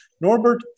Norbert